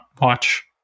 watch